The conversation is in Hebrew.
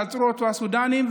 ועצרו אותו הסודנים,